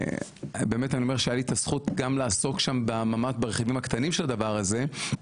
אומר שהיה לי את הזכות לעסוק שם ממש ברכיבים הקטנים של הדבר הזה,